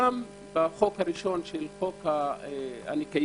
גם בחוק הראשון, חוק הניקיון,